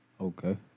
Okay